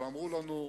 אבל אמרו לנו: